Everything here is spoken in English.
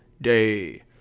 day